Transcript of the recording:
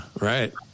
right